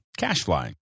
CashFly